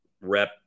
rep